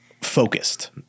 focused